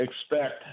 expect